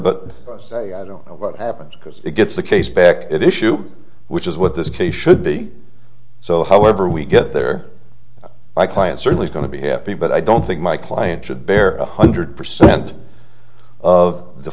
but i say i don't know what happens because it gets the case back at issue which is what this case should be so however we get there my client certainly going to be happy but i don't think my client should bear one hundred percent of the